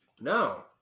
no